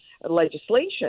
legislation